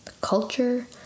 culture